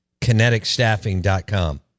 Kineticstaffing.com